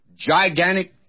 gigantic